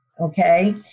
okay